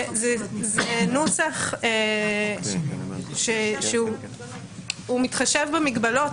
זה נוסח שהוא מתחשב במגבלות,